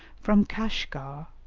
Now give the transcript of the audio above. from kashgar,